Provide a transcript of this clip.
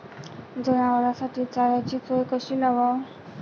जनावराइसाठी चाऱ्याची सोय कशी लावाव?